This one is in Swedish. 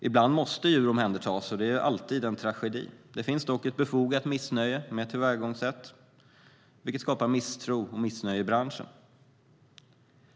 Ibland måste djur omhändertas, och det är alltid en tragedi. Det finns dock ett befogat missnöje med tillvägagångssättet, vilket skapar misstro och missnöje i branschen.